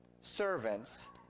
servants